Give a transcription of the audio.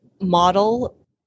model